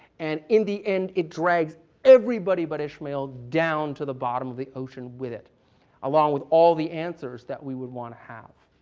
and in the end, it drags everybody but ishmael down to the bottom of the ocean with along with all the answers that we would want to have.